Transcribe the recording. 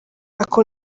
ako